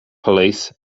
police